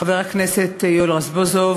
חבר הכנסת יואל רזבוזוב,